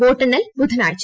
വോട്ടെണ്ണൽ ബുധനാഴ്ച